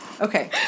Okay